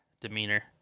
demeanor